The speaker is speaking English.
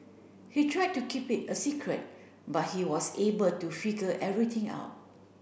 he tried to keep it a secret but he was able to figure everything out